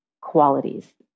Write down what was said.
qualities